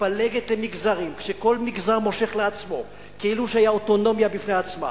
מתפלגת למגזרים שכל מגזר מושך לעצמו כאילו שהיה אוטונומיה בפני עצמה,